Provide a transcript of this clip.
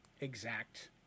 exact